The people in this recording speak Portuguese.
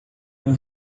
uma